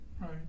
Right